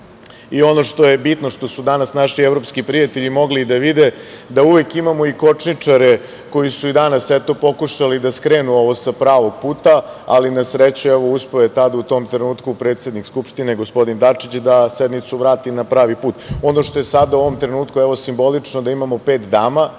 i ono što je bitno, što su naši evropski prijatelji mogli da vide, da uvek imamo kočničare koji su i danas pokušali da skrenu ovo sa pravog puta, ali na sreću uspeo je predsednik Skupštine, gospodin Dačić, da sednicu vrati na pravi put. Ono što je sada u ovom trenutku simbolično jeste da imamo pet dama